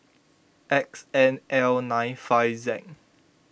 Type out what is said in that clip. X N L nine five Z